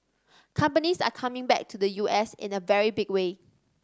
companies are coming back to the U S in a very big way